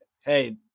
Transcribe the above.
hey